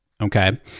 okay